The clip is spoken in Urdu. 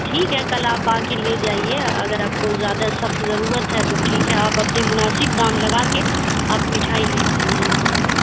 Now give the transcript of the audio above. ٹھیک ہے کل آپ آکے لے جائیے اگر آپ کو زیادہ سخت ضرورت ہے تو ٹھیک ہے آپ اپنے مناسب دام لگا کے اور مٹھائی لے جائیے یہاں سے